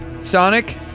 Sonic